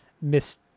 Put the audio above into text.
miss